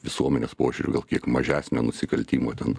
visuomenės požiūriu gal kiek mažesnio nusikaltimų ten